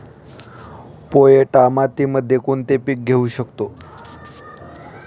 पोयटा मातीमध्ये कोणते पीक घेऊ शकतो?